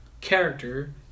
character